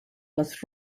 les